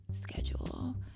schedule